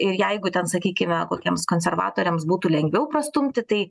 ir jeigu ten sakykime kokiems konservatoriams būtų lengviau prastumti tai